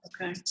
Okay